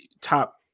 top